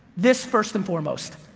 this first and foremost,